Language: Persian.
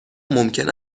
ممکن